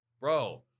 Bro